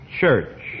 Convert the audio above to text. church